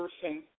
person